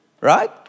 Right